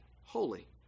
holy